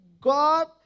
God